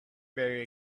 very